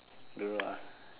don't know lah